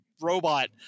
robot